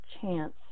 chance